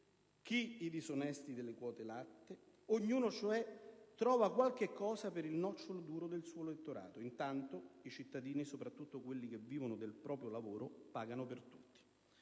chi i disonesti delle quote latte, ognuno cioè trova qualche cosa per il nocciolo duro del suo elettorato. Intanto i cittadini, soprattutto quelli che vivono del proprio lavoro, pagano per tutti.